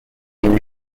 and